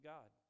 God